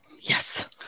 Yes